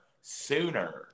sooner